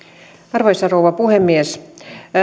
arvoisa rouva puhemies